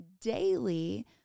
daily